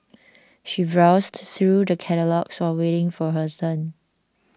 she browsed through the catalogues while waiting for her turn